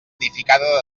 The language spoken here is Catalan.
edificada